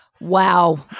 Wow